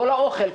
כל האוכל,